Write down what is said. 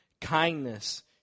kindness